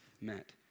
met